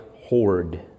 horde